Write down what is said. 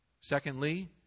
Secondly